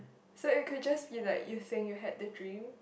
so you could just feel like you saying you had the dream